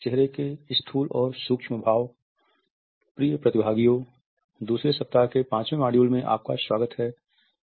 चेहरे के स्थूल और सूक्ष्म भाव प्रिय प्रतिभागियों दूसरे सप्ताह के 5 वें मॉड्यूल में आपका स्वागत है